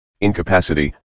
incapacity